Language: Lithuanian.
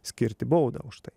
skirti baudą už tai